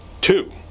two